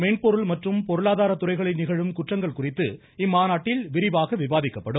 மென்பொருள் மற்றும் பொருளாதார துறைகளில் நிகழும் குற்றங்கள் குறித்து இம்மாநாட்டில் விரிவாக விவாதிக்கப்படும்